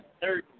third